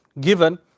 given